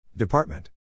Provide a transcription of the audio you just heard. Department